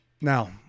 Now